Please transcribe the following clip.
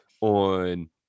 on